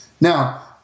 Now